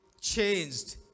changed